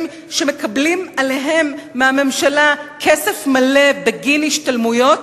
שמקבלים עליהם מהממשלה כסף מלא בגין השתלמויות,